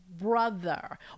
brother